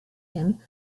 him